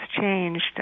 changed